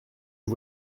est